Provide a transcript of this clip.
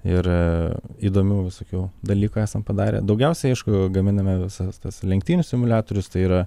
ir įdomių visokių dalykų esam padarę daugiausiai aišku gaminame visas tas lenktynių simuliatorius tai yra